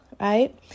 right